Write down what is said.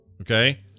okay